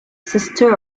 sister